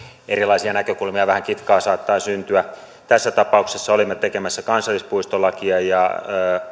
erilaisia näkökulmia ja vähän kitkaa tässä tapauksessa olimme tekemässä kansallispuistolakia ja